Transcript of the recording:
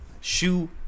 shoe